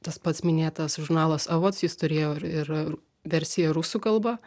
tas pats minėtas žurnalas avots jis turėjo ir versiją rusų kalba